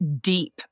deep